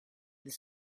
this